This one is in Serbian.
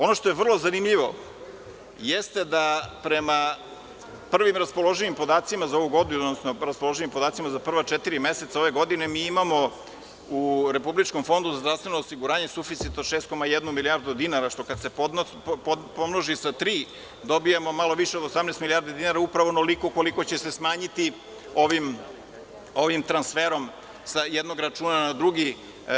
Ono što je vrlo zanimljivo jeste da prema prvim raspoloživim podacima za ovu godinu, odnosno za prva četiri meseca ove godine, mi imamo u Republičkom fondu za zdravstveno osiguranje suficit od 6,1 milijardu dinara, što kad se pomnoži sa tri, dobijamo malo više od 18 milijardi dinara, upravo onoliko koliko će se smanjiti ovim transferom sa jednog računa na drugi.